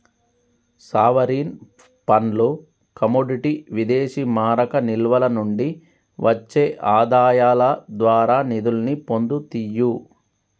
sovereign ఫండ్లు commodity విదేశీమారక నిల్వల నుండి వచ్చే ఆదాయాల ద్వారా నిధుల్ని పొందుతియ్యి